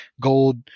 gold